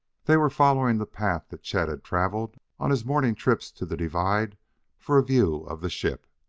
they were following the path that chet had traveled on his morning trips to the divide for a view of the ship.